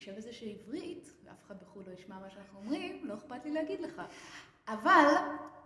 אני חושבת בזה שעברית, ואף אחד בחוץ לא ישמע מה שאנחנו אומרים, לא אכפת לי להגיד לך, אבל...